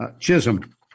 Chisholm